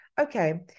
okay